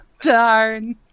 Darn